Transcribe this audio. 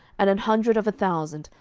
and an hundred of a thousand,